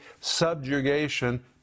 subjugation